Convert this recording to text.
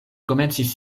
komencis